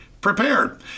prepared